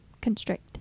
constrict